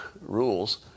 rules